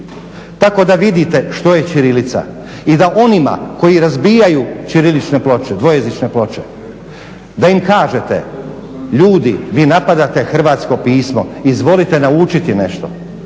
tako da vidite što je ćirilica i da onima koji razbijaju ćirilične dvojezične ploče da im kažete ljudi vi napadate hrvatsko pismo. Izvolite naučiti nešto.